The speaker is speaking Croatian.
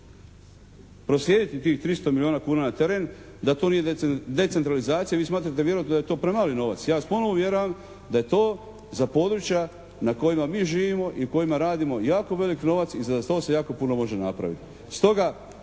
proslijediti tih 300 milijona kuna na teren da to nije decentralizacija. Vi smatrate vjerojatno da je to premali novac. Ja vas ponovo uvjeravam da je to za područja na kojima mi živimo i kojima radimo jako velik novac i za to se jako puno može napraviti.